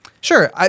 Sure